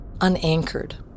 unanchored